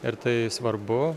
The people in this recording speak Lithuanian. ir tai svarbu